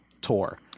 Tour